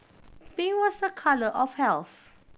pink was a colour of health